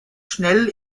schnell